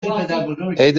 عید